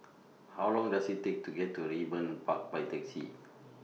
How Long Does IT Take to get to Raeburn Park By Taxi